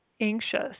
anxious